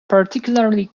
particularly